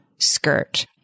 Skirt